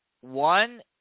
One